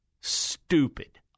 stupid